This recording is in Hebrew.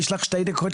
יש לך שתי דקות,